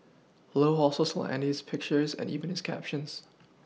low also stole andy's pictures and even his captions